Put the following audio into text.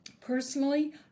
Personally